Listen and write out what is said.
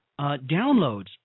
downloads